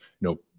no